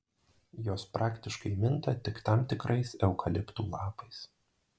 jos praktiškai minta tik tam tikrais eukaliptų lapais